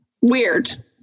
Weird